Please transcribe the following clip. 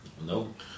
Nope